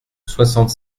soixante